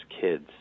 kids